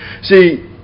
See